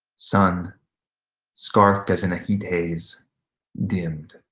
sun scarfed as in a heat-haze dimmed.